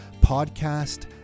podcast